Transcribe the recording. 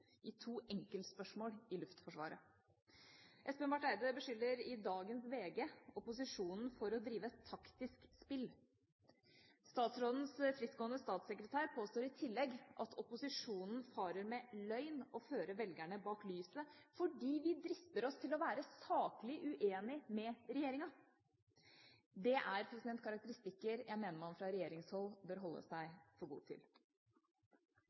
i to enkeltspørsmål i Luftforsvaret. Statsråd Espen Barth Eide beskylder i dagens VG opposisjonen for å drive taktisk spill. Statsrådens frittgående statssekretær påstår i tillegg at opposisjonen farer med løgn og fører velgerne bak lyset – fordi vi drister oss til å være saklig uenig med regjeringa! Det er karakteristikker jeg mener man fra regjeringshold bør holde seg for god til.